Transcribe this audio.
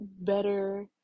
better